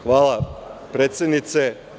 Hvala, predsednice.